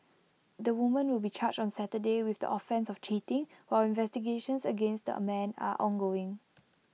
the woman will be charged on Saturday with the offence of cheating while investigations against the man are ongoing